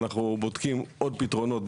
אנחנו בודקים עוד פתרונות,